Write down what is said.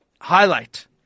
highlight